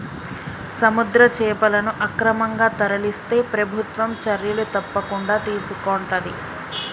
సముద్ర చేపలను అక్రమంగా తరలిస్తే ప్రభుత్వం చర్యలు తప్పకుండా తీసుకొంటది